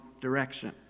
direction